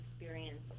experience